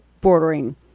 bordering